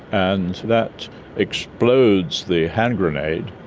and that explodes the hand grenade,